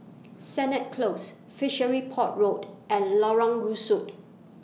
Sennett Close Fishery Port Road and Lorong Rusuk